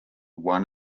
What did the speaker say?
one